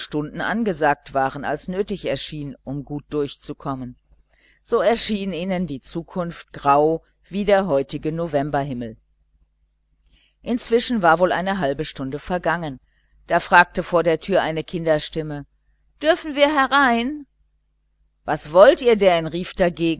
angesagt waren als nötig erschien um gut durchzukommen so erschien ihnen die zukunft grau wie der heutige novemberhimmel inzwischen war wohl eine halbe stunde vergangen da fragte vor der türe eine kinderstimme dürfen wir herein was wollt ihr denn rief dagegen